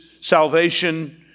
salvation